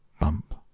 bump